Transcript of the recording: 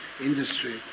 industry